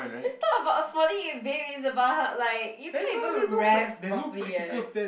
it's not about affording it babe is about how like you can't even rev properly eh